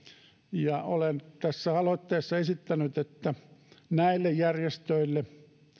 ja olen tässä aloitteessa esittänyt että näille järjestöille